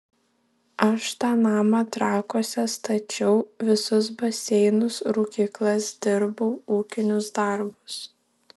aš tą namą trakuose stačiau visus baseinus rūkyklas dirbau ūkinius darbus